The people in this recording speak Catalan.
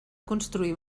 construir